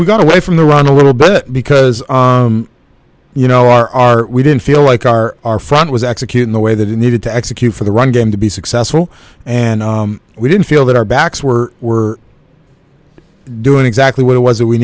we got away from the run a little bit because you know our we didn't feel like our our front was executing the way that we needed to execute for the run game to be successful and we didn't feel that our backs were were doing exactly what it was that we